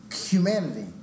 humanity